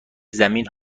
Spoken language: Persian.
زمین